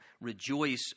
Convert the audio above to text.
rejoice